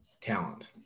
talent